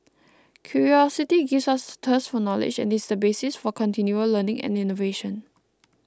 curiosity gives us thirst for knowledge and is the basis for continual learning and innovation